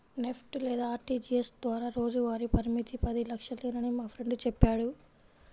NEFT లేదా RTGS ద్వారా రోజువారీ పరిమితి పది లక్షలేనని మా ఫ్రెండు చెప్పాడు